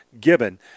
Gibbon